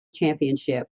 championship